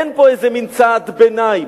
אין פה איזה מין צעד ביניים.